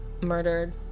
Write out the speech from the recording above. murdered